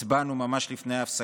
הצבענו ממש לפני ההפסקה.